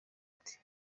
ati